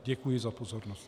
Děkuji za pozornost.